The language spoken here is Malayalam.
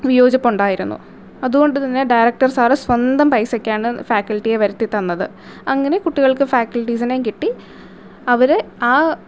വിയോജിപ്പ് ഉണ്ടായിരുന്നു അതുകൊണ്ടു തന്നെ ഡയറക്ടർ സാറ് സ്വന്തം പൈസക്കാണ് ഫാക്കൽറ്റിയെ വരുത്തി തന്നത് അങ്ങനെ കുട്ടികൾക്ക് ഫാക്കൽറ്റീസിനെ കിട്ടി അവർ ആ